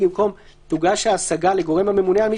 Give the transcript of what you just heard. במקום "תוגש ההשגה לגורם הממונה על מי